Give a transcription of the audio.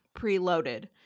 preloaded